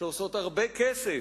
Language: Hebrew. שעושות הרבה כסף,